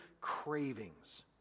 cravings